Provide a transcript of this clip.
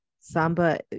samba